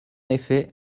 effet